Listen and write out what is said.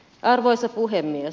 arvoisa puhemies